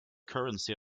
currency